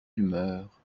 humeur